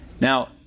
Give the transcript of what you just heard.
Now